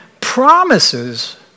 promises